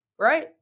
right